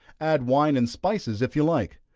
add wine and spices if you like.